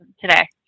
today